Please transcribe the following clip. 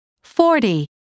forty